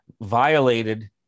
violated